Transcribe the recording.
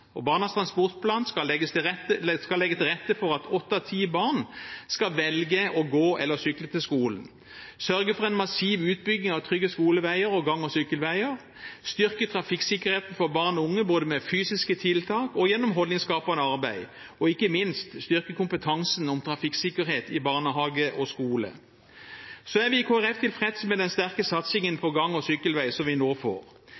og Barnas transportplan skal legge til rette for at åtte av ti barn skal velge å gå eller sykle til skolen, sørge for en massiv utbygging av trygge skoleveier og gang- og sykkelveier, styrke trafikksikkerheten for barn og unge både med fysiske tiltak og gjennom holdningsskapende arbeid og ikke minst styrke kompetansen om trafikksikkerhet i barnehage og skole. Vi i Kristelig Folkeparti er tilfreds med den sterke satsingen på gang- og sykkelvei som vi nå får.